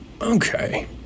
Okay